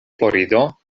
florido